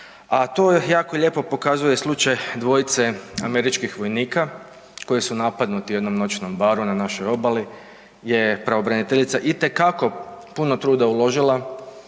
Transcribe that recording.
a to jako lijepo pokazuje slučaj dvojice američkih vojnika koji su napadnuti u jednom noćnom baru na našoj obali gdje je pravobraniteljica itekako puno truda uložila